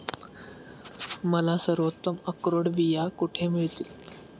मला सर्वोत्तम अक्रोड बिया कुठे मिळतील